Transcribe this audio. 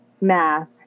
math